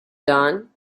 done